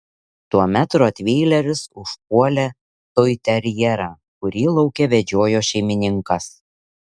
tuomet rotveileris užpuolė toiterjerą kurį lauke vedžiojo šeimininkas